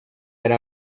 yari